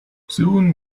soon